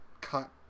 cut